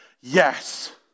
yes